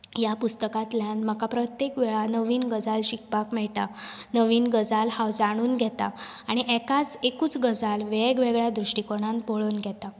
ह्या पुस्तकांतल्यान म्हाका प्रत्येक वेळार नवीन गजाल शिकपाक मेळटा नवीन गजाल हांव जाणून घेतां आनी म्हाका एकूच गजाल वेगळ्यावेगळ्या दृश्टीकोनांत पळोवन घेता